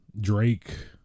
Drake